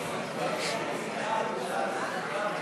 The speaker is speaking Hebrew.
ועדת הכנסת בדבר הרכב ועדת העבודה,